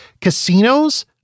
Casinos